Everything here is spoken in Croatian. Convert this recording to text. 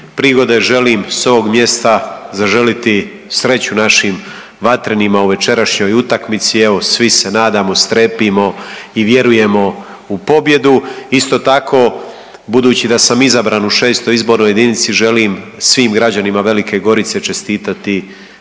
prigode, želim s ovog mjesta zaželjeti sreću našim Vatrenima u večerašnjoj utakmici. Evo svi se nadamo, strepimo i vjerujemo u pobjedu. Isto tako budući da sam izabran u VI. Izbornoj jedinici, želim svim građanima Velike Gorice čestitati